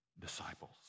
disciples